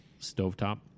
stovetop